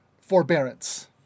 forbearance